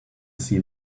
see